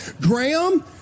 Graham